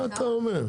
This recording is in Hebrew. מה אתה אומר?